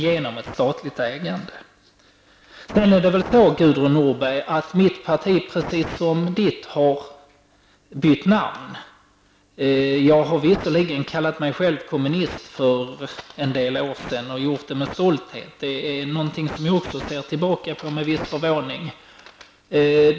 Sedan är det så att mitt parti liksom Gudrun Norbergs har bytt namn. För en del år sedan kallade jag mig visserligen för kommunist, och jag gjorde det med stolthet. Det är någonting som jag ser tillbaka på med en viss förvåning.